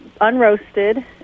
unroasted